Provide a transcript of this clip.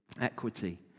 equity